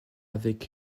avec